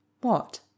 What